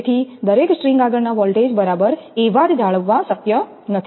તેથી દરેક સ્ટ્રિંગ આગળના વોલ્ટેજ બરાબર એવા જ જાળવવા શક્ય નથી